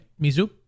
Mizu